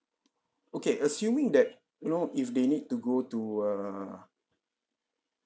okay assuming that you know if they need to go to err